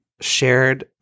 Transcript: shared